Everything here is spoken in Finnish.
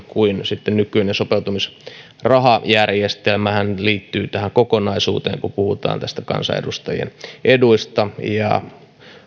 kuin nykyinen sopeutumisrahajärjestelmäkin liittyvät tähän kokonaisuuteen kun puhutaan näistä kansanedustajien eduista